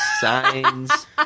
signs